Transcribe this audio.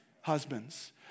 husbands